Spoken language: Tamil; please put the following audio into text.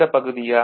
இந்த பகுதியா